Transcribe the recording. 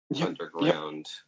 underground